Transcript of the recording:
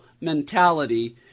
mentality